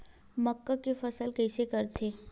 मक्का के फसल कइसे करथे?